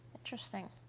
Interesting